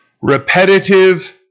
repetitive